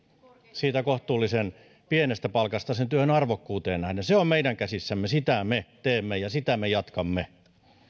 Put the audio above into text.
siitä kohtuullisen pienestä palkasta sen työn arvokkuuteen nähden se on meidän käsissämme sitä me teemme ja sitä me jatkamme